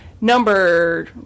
Number